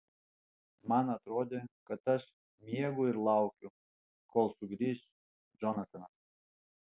man atrodė kad aš miegu ir laukiu kol sugrįš džonatanas